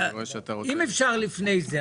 אם אפשר לפני כן.